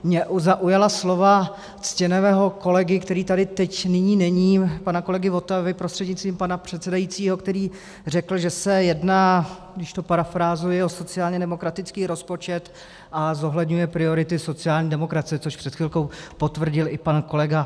Mě zaujala slova ctěného kolegy, který tady teď nyní není, pana kolegy Votavy prostřednictvím pana předsedajícího, který řekl, že se jedná, když to parafrázuji, o sociálně demokratický rozpočet a zohledňuje priority sociální demokracie, což před chvilkou potvrdil i pan kolega Onderka.